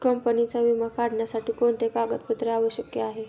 कंपनीचा विमा काढण्यासाठी कोणते कागदपत्रे आवश्यक आहे?